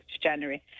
January